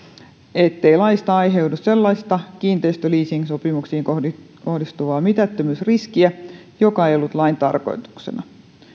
ettei laista aiheudu sellaista kiinteistöleasingsopimuksiin kohdistuvaa mitättömyysriskiä joka ei ollut lain tarkoituksena